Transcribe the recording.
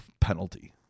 penalty